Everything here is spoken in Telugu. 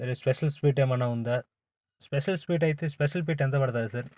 వేరే స్పెషల్ స్వీట్ ఏమన్నా ఉందా స్పెషల్ స్వీట్ అయితే స్పెషల్ స్వీట్ ఎంత పడుతుంది సార్